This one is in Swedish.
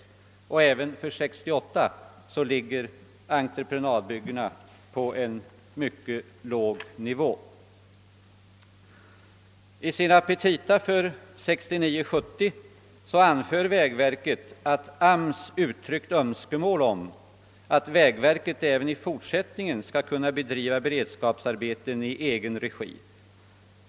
Även för 1968 ligger entreprenadbyggena på en mycket låg nivå. I sina petita för 1969/70 anför vägverket att AMS uttryckt önskemål om att vägverket även i fortsättningen skall kunna bedriva beredskapsarbeten i egen regi.